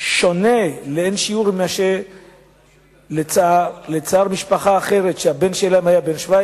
שונה לאין שיעור משל משפחה אחרת שהבן שלה היה בן 17